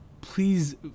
please